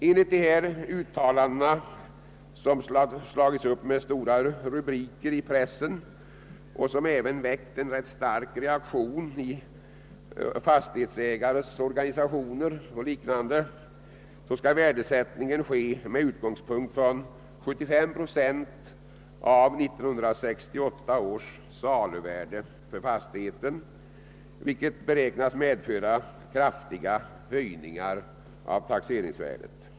Enligt dessa uttalanden som slagits upp med stora rubriker i pressen och som även väckt en ganska stark reaktion i fastighetsägares och liknande organisationer, skall värdesättningen ske med utgångspunkt från 75 procent av 1968 års saluvärde för fastigheten, vilket beräknas medföra kraftiga höjningar av taxeringsvärdet.